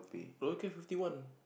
okay fifty one